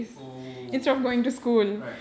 oh right